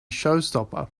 showstopper